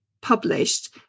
published